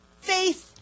Faith